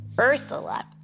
Ursula